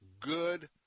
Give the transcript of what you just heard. good